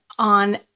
on